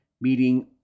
meeting